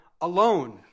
alone